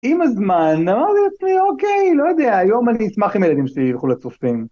עם הזמן, אמרתי לעצמי אוקיי, לא יודע, היום אני אשמח אם ילדים שלי ילכו לצופים.